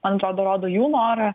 man atrodo rodo jų norą